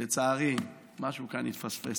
לצערי משהו כאן התפספס.